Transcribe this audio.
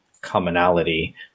commonality